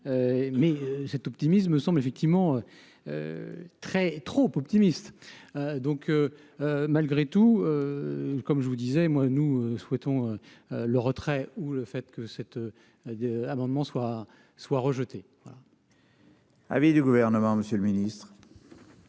mais cet optimisme semble effectivement très, trop optimiste donc, malgré tout, comme je vous disais moi nous souhaitons le retrait ou le fait que cet amendement soit soit